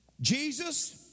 Jesus